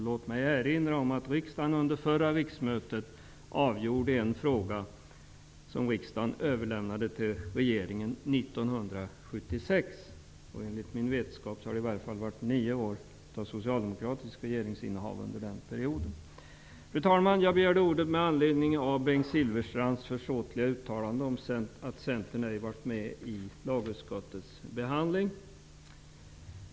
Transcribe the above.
Låt mig erinra om att riksdagen under förra riksmötet avgjorde en fråga som riksdagen överlämnade till regeringen år 1976. Enligt min vetskap har det varit nio år av socialdemokratiskt regeringsinnehav efter det. Fru talman! Jag begärde ordet med anledning av Bengt Silfverstrands försåtliga uttalande om att Centern ej var representerad när lagutskottet behandlade detta ärende.